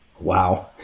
Wow